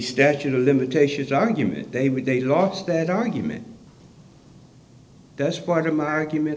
statute of limitations argument they were they lost that argument that's part of my argument